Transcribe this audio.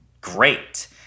great